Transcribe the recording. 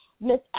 Miss